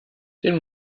den